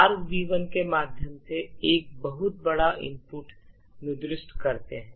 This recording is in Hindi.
argv1 के माध्यम से एक बहुत बड़ा इनपुट निर्दिष्ट करते हैं